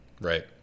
Right